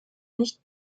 nicht